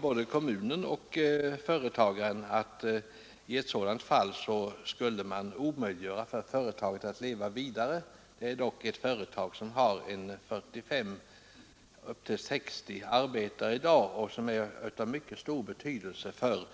Både kommunen och företagaren menar att detta skulle göra det omöjligt för företaget att leva vidare — det är dock ett företag som har från 45 och upp till 60 arbetare i dag och som är av mycket stor betydelse för